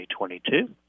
2022